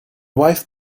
wife